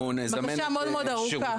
בקשה מאוד-מאוד ארוכה.